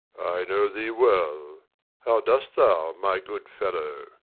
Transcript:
know thee well how dost thou, my good fellow?